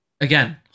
again